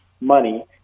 money